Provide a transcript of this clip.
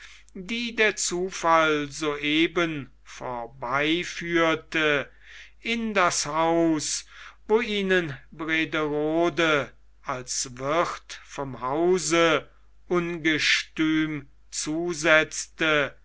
die der zufall so eben vorbeiführte in das haus wo ihnen brederode als wirth vom hause ungestüm zusetzte